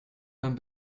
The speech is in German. beim